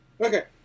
Okay